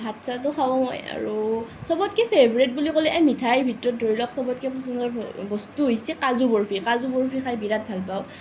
ভাত চাতো খাওঁ মই আৰু চবতকে ফেভৰ্ড বুলি ক'লে এই মিঠাই ভিতৰত ধৰি লওক চবতকে পচন্দৰ বস্তু হৈছে কাজু বৰ্ফি কাজু বৰ্ফি খায় বিৰাট ভাল পাওঁ